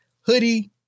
hoodie